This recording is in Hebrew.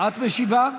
את משיבה,